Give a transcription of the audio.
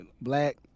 black